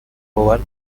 باور